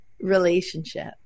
relationship